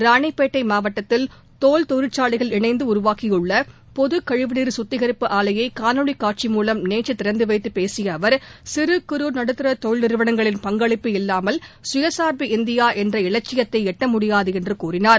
ராணிபேட்டை மாவட்டத்தில் தோல் தொழிற்சாலைகள் இணைந்து உருவாக்கியுள்ள பொது கழிவுநீர் கத்திகிப்பு ஆலையை காணொளி காட்சி மூலம் நேற்று திறந்து வைத்து பேசிய அவர் சிறு குறு நடுத்தா தொழில் நிறுவனங்களின் பங்களிப்பு இல்லாமல் சுயசா்பு இந்தியா என்ற இலட்சியத்தை எட்ட முடியாது என்று கூறினார்